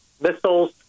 missiles